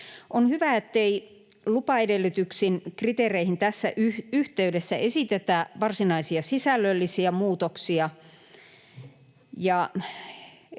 On hyvä, ettei lupaedellytyksiin, kriteereihin tässä yhteydessä esitetä varsinaisia sisällöllisiä muutoksia.